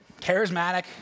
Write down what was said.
charismatic